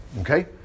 okay